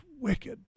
Wicked